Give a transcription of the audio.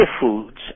foods